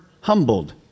humbled